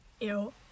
ew